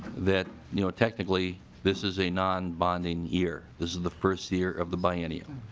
that you know technically this is a non-bonding year. this is the first year of the biennium.